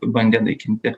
bandė naikinti